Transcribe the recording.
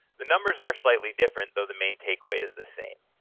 the numbers are slightly different though the main takeaway is the same.